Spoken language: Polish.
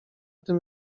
tym